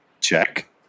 Check